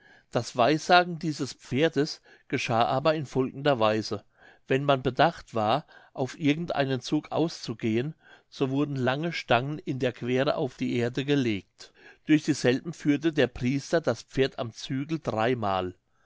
das wahrsagen dieses pferdes geschah aber in folgender weise wenn man bedacht war auf irgend einen zug auszugehen so wurden lange stangen in der queere auf die erde gelegt durch dieselben führte der priester das pferd am zügel dreimal